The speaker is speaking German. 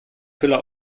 füller